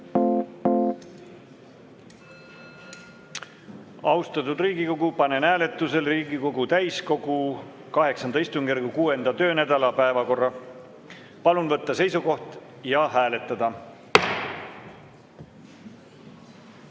Austatud Riigikogu, panen hääletusele Riigikogu täiskogu VIII istungjärgu 6. töönädala päevakorra. Palun võtta seisukoht ja hääletada!